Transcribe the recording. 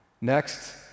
Next